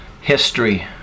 History